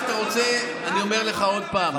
תאמין לי, אני אומר לך עוד פעם.